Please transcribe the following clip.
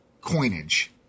coinage